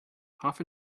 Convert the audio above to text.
half